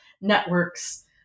networks